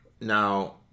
Now